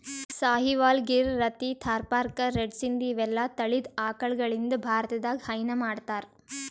Sahiwal, Gir, Rathi, Tharparkar, red Sindhi ಇವೆಲ್ಲಾ ತಳಿದ್ ಆಕಳಗಳಿಂದ್ ಭಾರತದಾಗ್ ಹೈನಾ ಮಾಡ್ತಾರ್